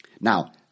Now